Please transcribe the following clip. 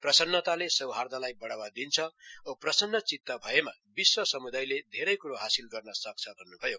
प्रसन्नताले सौहार्दलाई बढ़ावा दिन्छ औं प्रसन्नचित भएमा विश्व समुदायले धेरै कुरो हासिल गर्न सक्छ भन्न्भयो